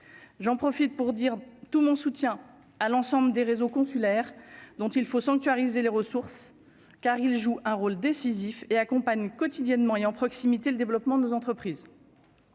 j'en profite pour dire tout mon soutien à l'ensemble des réseaux consulaires dont il faut sanctuariser les ressources car il joue un rôle décisif et accompagne quotidiennement et en proximité le développement de nos entreprises,